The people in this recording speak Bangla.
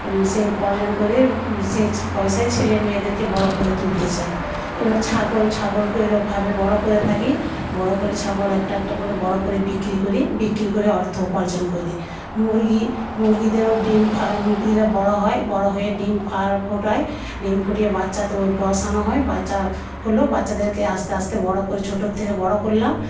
সেই উপার্জন করে সেই পয়সায় ছেলে মেয়েদেরকে বড় করে তুলতে চাই এবার ছাগল ছাগলকে এরমভাবে বড় করে থাকি বড় করে ছাগল একটা একটা করে বড় করে বিক্রি করি বিক্রি করে অর্থ উপার্জন করি মুরগী মুরগীদেরও ডিম ফেটে বড় হয়ে বড় হয়ে ডিম ফোটায় ডিম ফুটিয়ে বাচ্চা বসানো হয়ে বাচ্চা হলো বাচ্চাদেরকে আস্তে আস্তে বড় করি ছোট থেকে বড় করলাম